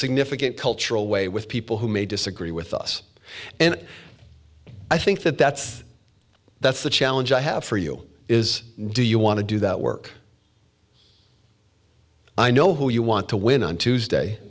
significant cultural way with people who may disagree with us and i think that that's that's the challenge i have for you is do you want to do that work i know who you want to win on tuesday